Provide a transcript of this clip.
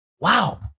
Wow